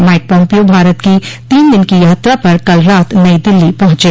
mic Pompeo Bharat की तीन दिन की यात्रा पर कल रात नई दिल्ली पहुंचे